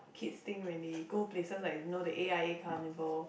kids thing when they go places like you know the a_i_a carnival